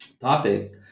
topic